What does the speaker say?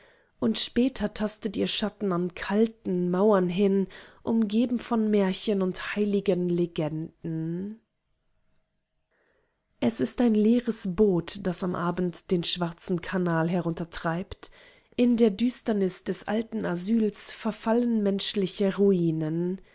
und später tastet ihr schatten an kalten mauern hin umgeben vom märchen und heiligen legenden es ist ein leeres boot das am abend den schwarzen kanal heruntertreibt in der düsternis des alten asyls verfallen menschliche ruinen